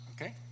okay